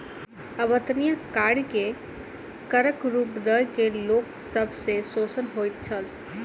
अवेत्निया कार्य के करक रूप दय के लोक सब के शोषण होइत छल